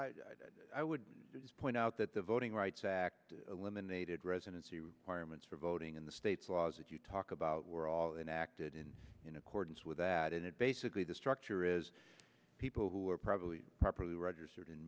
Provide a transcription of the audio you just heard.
i would point out that the voting rights act women dated residency requirements for voting in the states laws that you talk about were all enacted in in accordance with that and it basically the structure is people who are probably properly registered and